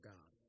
God